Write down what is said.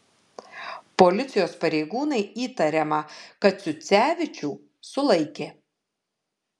policijos pareigūnai įtariamą kaciucevičių sulaikė